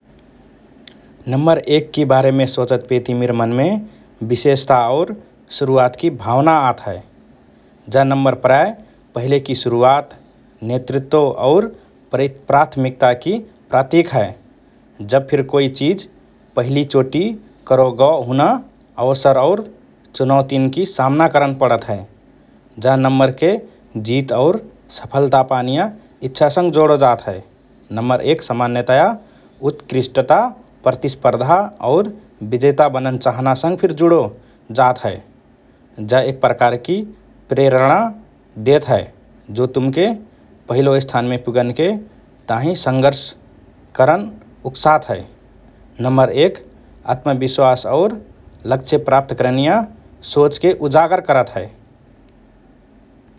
Number एक कि बारेमे सोचतपेति मिर मनमे विशेषता और शुरुवातकि भावना आत हए । जा नम्बर प्रायः पहिलेकि सुरुवात, नेतृत्व और प्राथ–प्राथमिकताकि प्रतिक हए । जब फिर कोइ चिज पहिली चोटि करो गओ हुना अवसर और चुनौतिन्की सामना करन पडत हए । जा नम्बरके जित और सफलता पानिया इच्छासंग जोडो जात हए । नम्बर एक सामान्यतया उत्कृष्टता, प्रतिस्पर्धा और विजेता बनन चाहनासँग फिर जुडो जात हए । जा एक प्रकारकि प्रेरणा देत हए जो तुमके पहिलो स्थानमे पुगनके ताहिँ संघर्ष करन उक्सात हए । नम्बर एक आत्मविश्वास और लक्ष्य प्राप्त करनिया सोचके उजागर करत हए ।